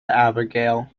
abigail